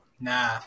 Nah